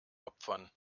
opfern